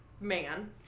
man